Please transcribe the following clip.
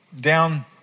down